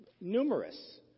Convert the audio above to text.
numerous